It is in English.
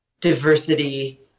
diversity